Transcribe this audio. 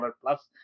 plus